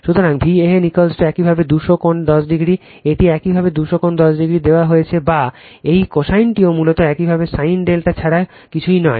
সুতরাং Van একইভাবে 200 কোণ 10o এটি একইভাবে 200 কোণ 10o দেওয়া হয়েছে বা এই কোসাইনটিও মূলত একইভাবে sin ∆ ছাড়া কিছুই নয়